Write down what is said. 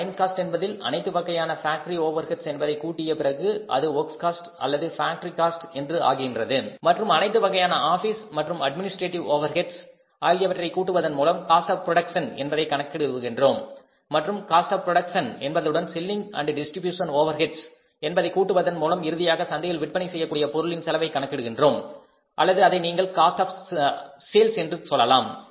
prime cost என்பதில் அனைத்து வகையான பாக்டரி ஓவெர்ஹெட்ஸ் என்பதை கூடிய பிறகு அது வொர்க்ஸ் காஸ்ட் அல்லது பாக்டரி காஸ்ட் என்று ஆகின்றது மற்றும் அனைத்து வகையான ஆபீஸ் மற்றும் அட்மினிஸ்டரேட்டிவ் ஓவெர்ஹெட்ஸ் ஆகியவற்றை கூட்டுவதன் மூலம் காஸ்ட் ஆஃப் புரோடக்சன் என்பதை கணக்கிடுகிறோம் மற்றும் காஸ்ட் ஆஃ புரோடக்சன் என்பதுடன் selling and distribution overheads Selling Distribution Overheads என்பதை கூட்டுவதன் மூலம் இறுதியாக சந்தையில் விற்பனை செய்யக்கூடிய பொருளின் செலவை கணக்கிடுகிறோம் அல்லது அதை நீங்கள் காஸ்ட் ஆப் சேல்ஸ் என்று சொல்லலாம்